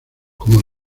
como